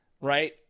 right